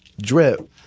drip